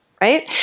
right